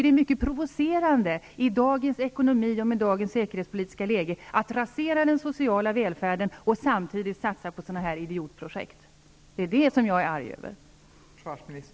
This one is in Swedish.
Det är mycket provocerande att med dagens ekonomi och i dagens säkerhetspolitiska läge rasera den sociala välfärden och att satsa på sådana här idiotprojekt.